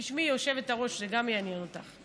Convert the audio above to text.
תשמעי, היושבת-ראש, זה יעניין גם אותך.